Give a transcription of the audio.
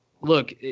look